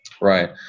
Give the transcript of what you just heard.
Right